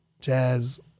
jazz